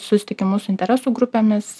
susitikimus su interesų grupėmis